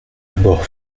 abord